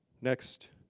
Next